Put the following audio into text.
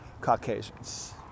Caucasians